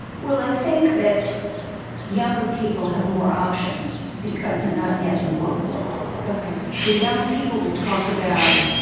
well, i think that younger people have more options because they're not yet in the work world ok so young people will talk about,